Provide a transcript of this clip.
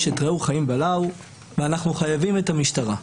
איש את רעהו חיים בלעו." אנחנו חייבים את המשטרה,